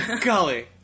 Golly